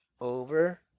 over